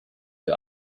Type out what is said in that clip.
für